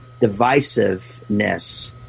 divisiveness